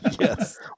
yes